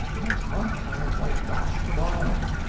the next month i white-washed a barn.